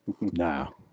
no